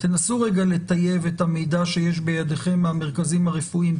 תנסו לטייב את המידע שיש בידיכם מהמרכזים הרפואיים,